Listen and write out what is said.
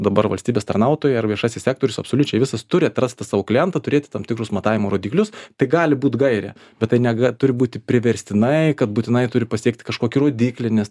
dabar valstybės tarnautojai ar viešasis sektorius absoliučiai visas turi atrasti savo klientą turėti tam tikrus matavimo rodiklius tai gali būt gairė bet tai nega turi būti priverstinai kad būtinai turi pateikti kažkokį rodyklį nes